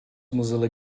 mozilla